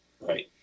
Right